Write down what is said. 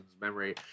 memory